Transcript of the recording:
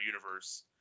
universe